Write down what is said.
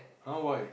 !huh! why